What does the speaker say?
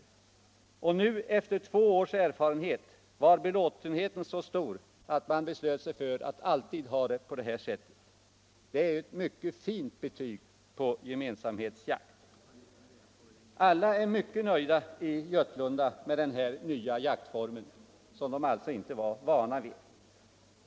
Nu, efter två års erfarenhet, var belåtenheten så stor att man beslöt sig för att alltid ha det på det här sättet. Det är ett mycket fint betyg åt gemensamhetsjakten. Alla är mycket nöjda i Götlunda med denna nya jaktform, som man alltså inte var van vid.